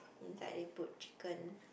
inside they put chicken